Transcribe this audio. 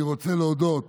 אני רוצה להודות